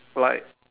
like